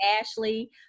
Ashley